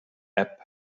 app